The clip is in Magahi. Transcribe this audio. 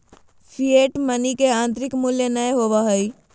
फिएट मनी के आंतरिक मूल्य नय होबो हइ